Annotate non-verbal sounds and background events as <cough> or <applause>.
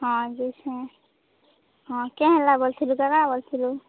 ହଁ ଯେ <unintelligible> ହଁ କେ ହେଲା ବୋଲଥିଲୁ ବୋଲଥିଲୁ